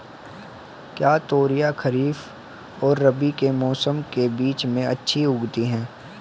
क्या तोरियां खरीफ और रबी के मौसम के बीच में अच्छी उगती हैं?